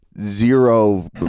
zero